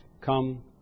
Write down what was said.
Come